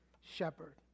shepherd